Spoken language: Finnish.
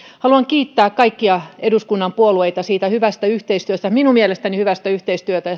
haluan kiittää kaikkia eduskunnan puolueita siitä hyvästä yhteistyöstä minun mielestäni hyvästä yhteistyöstä